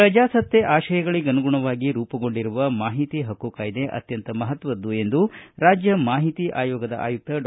ಪ್ರಜಾಸತ್ತೆ ಆತಯಗಳಗನುಗುಣವಾಗಿ ರೂಮಗೊಂಡಿರುವ ಮಾಹಿತಿ ಹಕ್ಕು ಕಾಯ್ದೆ ಅತ್ತಂತ ಮಹತ್ವದ್ದು ಎಂದು ರಾಜ್ಜ ಮಾಹಿತಿ ಆಯೋಗದ ಆಯುಕ್ತ ಡಾ